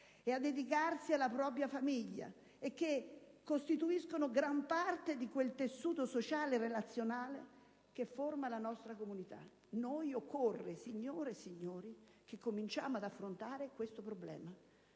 o a dedicarsi alla propria famiglia, e che costituiscono gran parte di quel tessuto sociale e relazionale che forma la nostra comunità. Occorre, onorevoli colleghe e colleghi, iniziare ad affrontare questo problema.